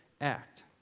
act